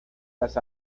las